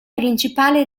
principale